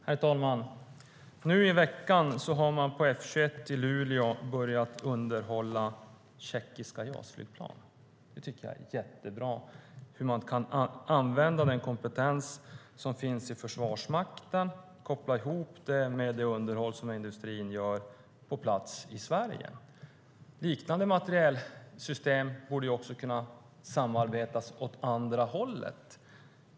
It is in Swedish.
Herr talman! Nu i veckan har man på F 21 i Luleå börjat underhålla tjeckiska JAS-flygplan. Det tycker jag är jättebra - att man kan använda den kompetens som finns i Försvarsmakten och koppla ihop den med det underhåll som industrin gör på plats i Sverige. Liknande materielsystem borde vi också kunna ha samarbeten med åt andra hållet.